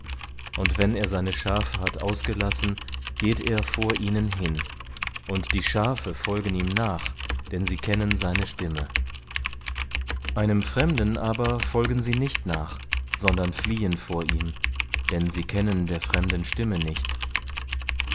und wenn er seine schafe hat ausgelassen geht er vor ihnen hin und die schafe folgen ihm nach denn sie kennen seine stimme einem fremden aber folgen sie nicht nach sondern fliehen von ihm denn sie kennen der fremden stimme nicht